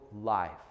life